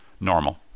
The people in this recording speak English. normal